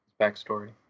backstory